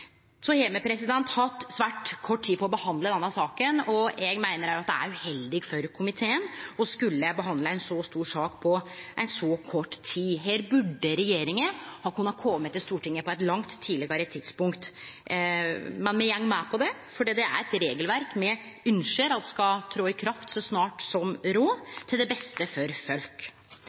Me har hatt svært kort tid på å behandle denne saka, og eg meiner det er uheldig for komiteen å skulle behandle ei så stor sak på så kort tid. Her burde regjeringa ha kunne kome til Stortinget på eit langt tidlegare tidspunkt. Men me går med på det, for det er eit regelverk me ynskjer at skal tre i kraft så snart som råd, til beste for folk.